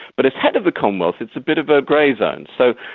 but as head of the commonwealth it's a bit of a grey zone so,